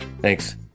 Thanks